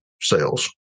sales